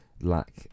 lack